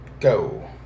Go